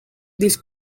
this